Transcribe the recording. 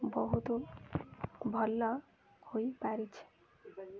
ବହୁତ ଭଲ ହୋଇପାରିଛି